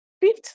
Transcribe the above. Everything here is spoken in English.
fifth